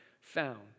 found